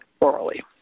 orally